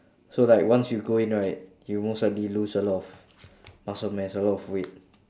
so like once you go in right you'll most likely lose a lot of muscle mass a lot of weight